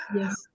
Yes